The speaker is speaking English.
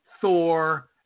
Thor